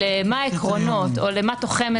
למה העקרונות או למה תוחם את זה.